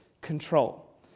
control